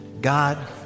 God